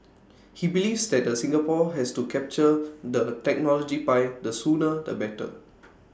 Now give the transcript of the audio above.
he believes that the Singapore has to capture the technology pie the sooner the better